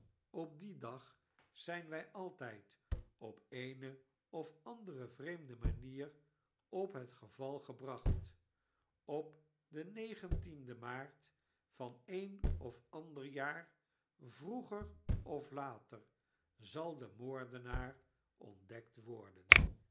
op dien dag zijn wij altijd op eene of andere vreemde manier op het geval gebracht op den negentienden maart van een of ander jaar vroeger of later zal de moordenaar ontdekt worden